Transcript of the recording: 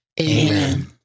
Amen